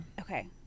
Okay